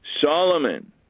Solomon